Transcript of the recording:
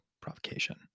provocation